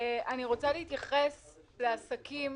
אני רוצה להתייחס לעסקים